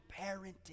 parenting